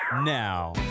now